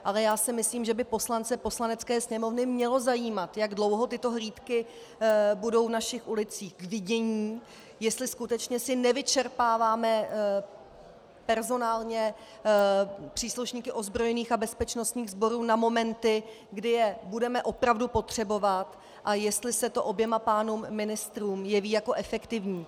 Ale myslím, že by poslance Poslanecké sněmovny mělo zajímat, jak dlouho tyto hlídky budou v našich ulicích k vidění, jestli skutečně si nevyčerpáváme personálně příslušníky ozbrojených a bezpečnostních sborů na momenty, kdy je budeme opravdu potřebovat, a jestli se to oběma pánům ministrům jeví jako efektivní.